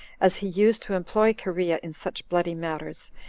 as he used to employ cherea in such bloody matters,